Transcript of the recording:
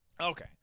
okay